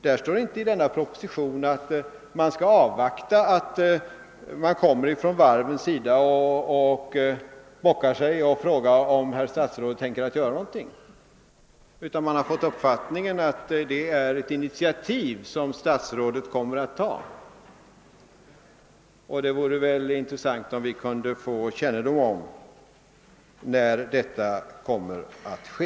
Det står inte i denna proposition att man skall avvakta att företrädare för varven kommer och bockar sig och frågar, om herr statsrådet tänker göra någonting, utan den som läser detta får uppfattningen att statsrådet tänker ta initiativ. Det vore intressant att få kännedom om när detta skall ske...